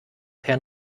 herrn